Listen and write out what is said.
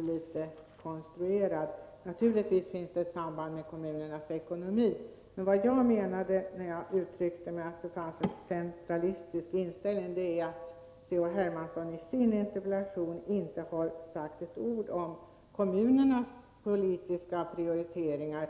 litet konstruerad. Naturligtvis finns det ett samband med kommunernas ekonomi. När jag sade att det finns en centralistisk inställning syftade jag på att C.-H. Hermansson i sin interpellation inte skrev ett ord om kommunernas politiska prioriteringar.